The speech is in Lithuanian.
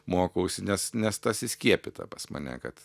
mokausi nes nes tas įskiepyta pas mane kad